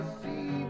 see